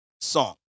song